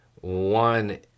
one